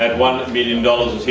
one million dollars.